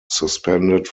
suspended